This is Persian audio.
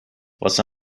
واسه